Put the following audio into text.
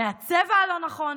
מהצבע הלא-נכון.